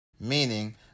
meaning